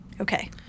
Okay